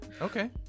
Okay